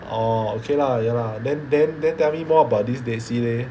oh okay lah ya lah then then then tell me more about this Dead Sea leh